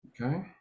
okay